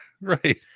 Right